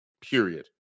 period